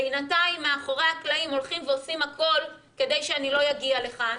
בינתיים מאחורי הקלעים הולכים ועושים הכול כדי שאני לא אגיע לכאן,